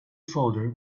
folder